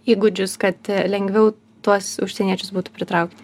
įgūdžius kad lengviau tuos užsieniečius būtų pritraukti